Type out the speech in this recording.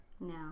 No